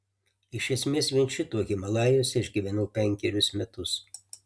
iš esmės vien šituo himalajuose aš gyvenau penkerius metus